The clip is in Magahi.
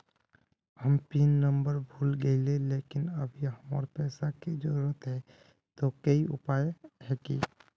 हम पिन नंबर भूल गेलिये लेकिन अभी हमरा पैसा के जरुरत है ते कोई उपाय है की?